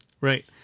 Right